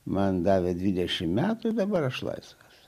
man davė dvidešimt metų dabar aš laisvas